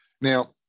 now